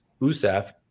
USAF